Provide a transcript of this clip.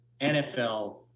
NFL